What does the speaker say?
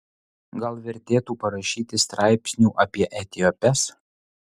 gal vertėtų parašyti straipsnių apie etiopes